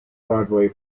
broadway